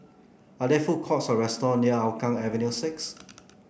are there food courts or restaurant near Hougang Avenue six